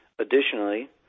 Additionally